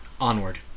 Onward